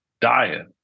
diet